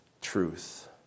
truth